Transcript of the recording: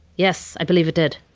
yes, i believe it did.